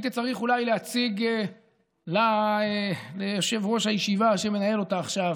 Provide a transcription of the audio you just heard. להציג ליושב-ראש הישיבה שמנהל אותה עכשיו.